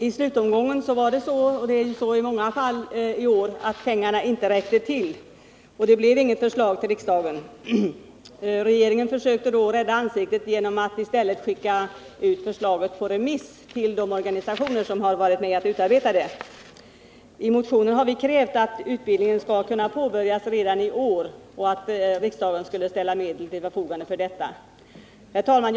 Liksom i så många andra fall i år räckte pengarna inte till i slutomgången, och det blev inget förslag till riksdagen. Regeringen försökte då rädda ansiktet genom att skicka ut förslaget på remiss till de organisationer som hade varit med om att utarbeta det. I motionen har vi krävt att utbildningen skall påbörjas redan i år och att riksdagen skall ställa medel till förfogande för den. Herr talman!